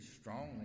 strongly